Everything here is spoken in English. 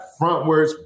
frontwards